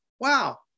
wow